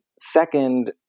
second